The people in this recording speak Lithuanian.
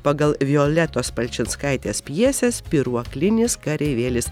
pagal violetos palčinskaitės pjesę spyruoklinis kareivėlis